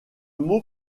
mot